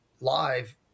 live